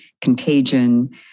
contagion